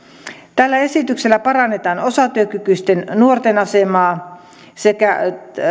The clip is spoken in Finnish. tällä esityksellä parannetaan osatyökykyisten nuorten asemaa